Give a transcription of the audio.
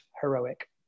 heroic